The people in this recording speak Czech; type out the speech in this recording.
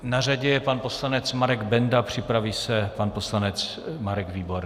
Na řadě je pan poslanec Marek Benda, připraví se pan poslanec Marek Výborný.